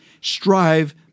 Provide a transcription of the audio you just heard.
strive